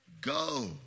Go